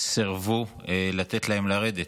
סירבו לתת להם לרדת.